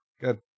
Good